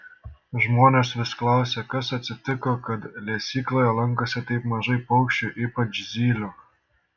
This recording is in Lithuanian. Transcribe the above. žmonės vis klausia kas atsitiko kad lesykloje lankosi taip mažai paukščių ypač zylių